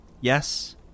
Yes